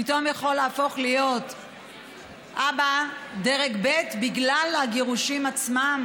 פתאום יכול להפוך להיות אבא דרג ב' בגלל הגירושים עצמם?